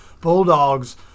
Bulldogs